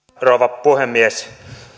rouva puhemies